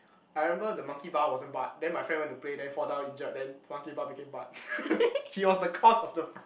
I remember the Monkey Bar wasn't but then my friend want to play then fall down injured then monkey butt became butt she was the cause of the